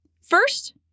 first